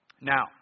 Now